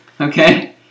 Okay